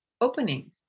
opening